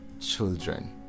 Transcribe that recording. children